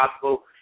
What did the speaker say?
possible